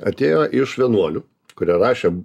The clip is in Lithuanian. atėjo iš vienuolių kurie rašė